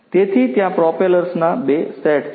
તેથી ત્યાં પ્રોપેલર્સના બે સેટ છે